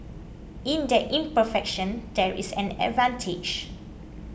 in that imperfection there is an advantage